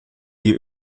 die